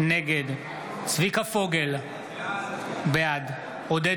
נגד צביקה פוגל, בעד עודד